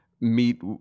meet